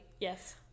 Yes